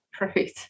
Right